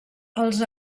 els